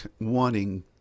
wanting